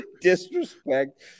disrespect